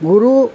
গুৰু